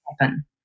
happen